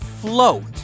float